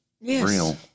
real